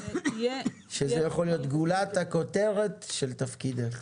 שזה יכול להיות גולת הכותרת של תפקידך,